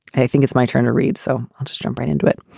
i think it's my turn to read. so i'll just jump right into it.